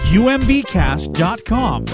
umbcast.com